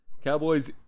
Cowboys